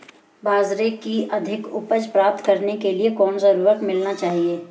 बाजरे की अधिक उपज प्राप्त करने के लिए कौनसा उर्वरक मिलाना चाहिए?